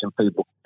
people